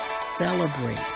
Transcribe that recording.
Celebrate